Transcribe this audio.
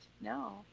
No